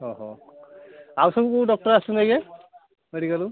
ଓହୋ ଆଉସବୁ ଡ଼କ୍ଟର ଆସୁଛନ୍ତି ଆଜ୍ଞା ମେଡ଼ିକାଲ୍କୁ